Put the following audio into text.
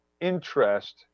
interest